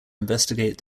investigate